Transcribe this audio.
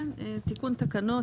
כן, תיקון תקנות.